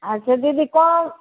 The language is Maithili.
अच्छा दीदी कम